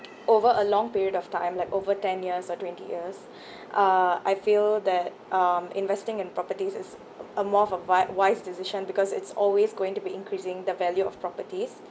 over a long period of time like over ten years or twenty years uh I feel that um investing in properties is a most of wi~ wise decision because it's always going to be increasing the value of properties